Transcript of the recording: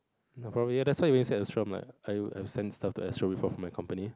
probably that's why you always say astro like I've I've send stuff to astro before for my company